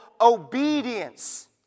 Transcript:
obedience